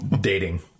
dating